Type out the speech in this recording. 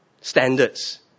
standards